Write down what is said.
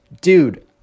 dude